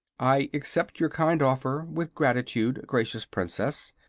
i accept your kind offer with gratitude, gracious princess,